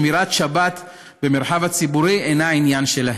ושמירת השבת במרחב הציבורי אינה עניין שלהם.